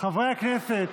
חברי הכנסת,